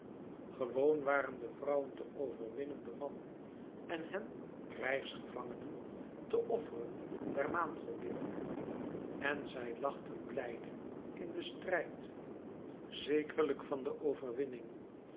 gewoon waren de vrouwen te overwinnen de mannen en hen krijgsgevangen te offeren der maangodin en zij lachten blijde in den strijd zekerlijk van de overwinning